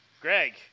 Greg